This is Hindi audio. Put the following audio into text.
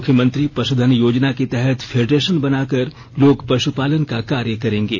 मुख्यमंत्री पशुधन योजना के तहत फेडरेशन बनाकर लोग पशुपालने का कार्य करेंगे